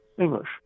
English